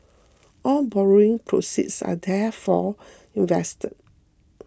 all borrowing proceeds are therefore invested